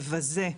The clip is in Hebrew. מבזה.